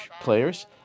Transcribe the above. players